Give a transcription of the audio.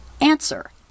Answer